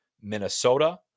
Minnesota